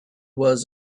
was